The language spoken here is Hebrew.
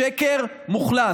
שקר מוחלט.